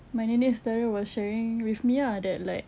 my nenek sheryl was sharing with me ah that like